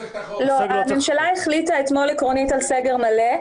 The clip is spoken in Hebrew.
הממשלה החליטה אתמול על סגר מלא.